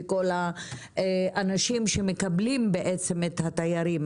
כל האנשים שמקבלים את התיירים.